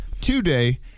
today